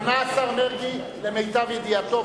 ענה השר מרגי למיטב ידיעתו,